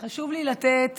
חשוב לי לתת